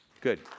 Good